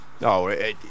No